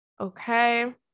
Okay